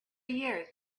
years